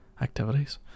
activities